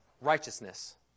righteousness